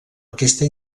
aquesta